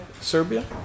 Serbia